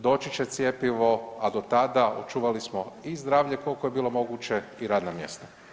Doći će cjepivo, a do tada očuvali smo i zdravlje koliko je bilo moguće i radna mjesta.